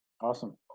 awesome